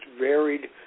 varied